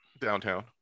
Downtown